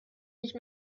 nicht